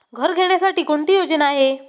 घर घेण्यासाठी कोणती योजना आहे?